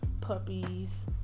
puppies